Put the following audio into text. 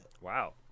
Wow